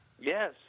Yes